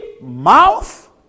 mouth